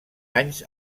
anys